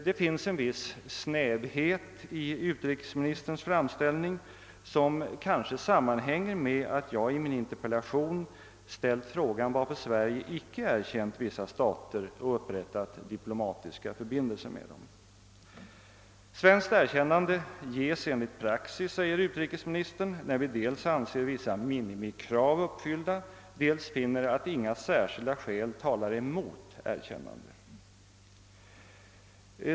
Det finns en viss snävhet i utrikesministerns framställning, som kanske sammanhänger med att jag i min interpellation ställt frågan varför vårt land icke erkänt vissa stater och upprättat diplomatiska förbindelser med dem. Svenskt erkännande ges enligt praxis, säger utrikesministern, när vi dels anser vissa minimikrav uppfyllda, dels finner att inga särskilda skäl talar mot erkännande.